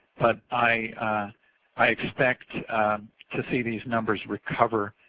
but i i expect to see these numbers recover